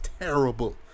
terrible